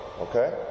okay